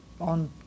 on